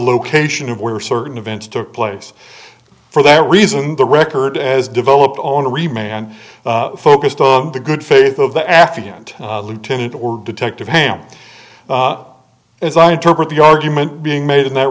location of where certain events took place for that reason the record as developed only remained focused on the good faith of the afternoon lieutenant or detective ham as i interpret the argument being made in that